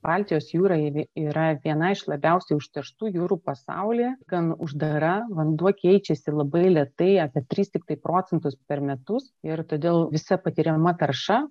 baltijos jūra jin yra viena iš labiausiai užterštų jūrų pasaulyje gan uždara vanduo keičiasi labai lėtai apie tris tiktai procentus per metus ir todėl visa patiriama tarša